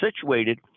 situated